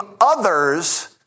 others